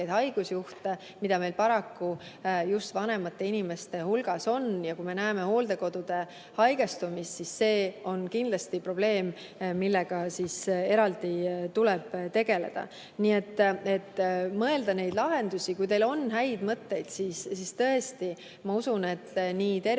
mida meil paraku just vanemate inimeste hulgas on. Kui me näeme hooldekodudes haigestumist, siis see on kindlasti probleem, millega eraldi tuleb tegeleda. Nii et tuleb mõelda neid lahendusi. Kui teil on häid mõtteid, siis ma usun, et nii tervise-